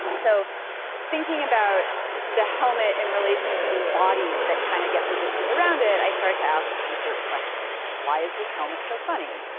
so thinking about the helmet in relation to these bodies that kind of get positioned around it, i started to ask research questions. why is this helmet so funny,